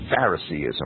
Phariseeism